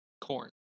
Corn